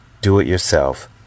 do-it-yourself